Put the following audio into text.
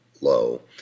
low